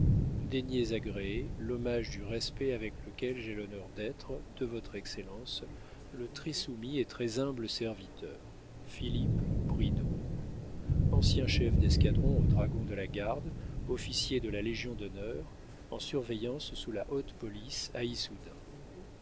daignez agréer l'hommage du respect avec lequel j'ai l'honneur d'être de votre excellence le très soumis et très-humble serviteur philippe bridau ancien chef d'escadron aux dragons de la garde officier de la légion d'honneur en surveillance sous la haute police à issoudun